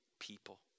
people